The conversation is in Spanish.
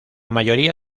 mayoría